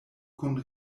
kun